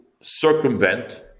circumvent